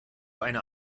eine